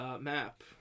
map